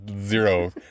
zero